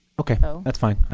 ok, that's fine. like